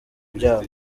byabo